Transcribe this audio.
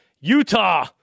Utah